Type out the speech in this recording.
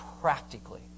Practically